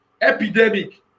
epidemic